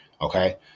okay